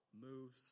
moves